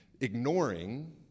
ignoring